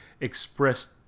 expressed